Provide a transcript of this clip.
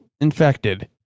infected